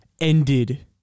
ended